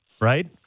right